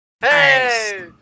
Hey